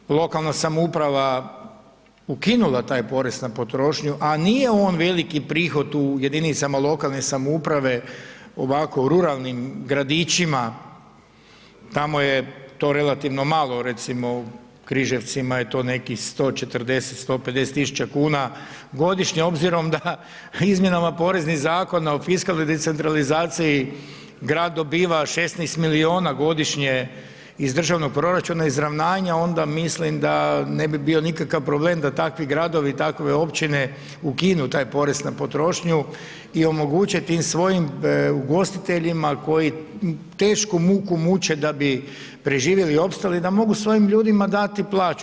Kad bi lokalna samouprava ukinula taj porez na potrošnju, a nije on veliki prihod u jedinicama lokalne samouprave ovako u ruralnim gradićima, tamo je to relativno malo, recimo u Križevima je to nekim 140-150.000 kuna godišnje obzirom da izmjenama poreznih zakona o fiskalnoj decentralizaciji grad dobiva 16 miliona godišnje iz državnog proračuna izravnanja onda mislim da ne bi bio nikakav problem da takvi gradovi i takve općine ukinu taj porez na potrošnju i omoguće tim svojim ugostiteljima koji tešku muku muče da bi preživjeli i opstali da mogu svojim ljudima dati plaću.